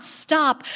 stop